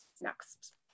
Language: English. next